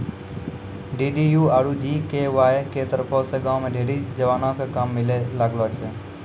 DDU आरु GKY के तरफो से गांव के ढेरी जवानो क काम मिलै लागलो छै